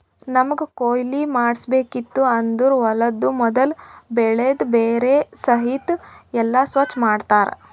ನಮ್ಮಗ್ ಕೊಯ್ಲಿ ಮಾಡ್ಸಬೇಕಿತ್ತು ಅಂದುರ್ ಹೊಲದು ಮೊದುಲ್ ಬೆಳಿದು ಬೇರ ಸಹಿತ್ ಎಲ್ಲಾ ಸ್ವಚ್ ಮಾಡ್ತರ್